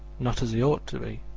not as they ought to be.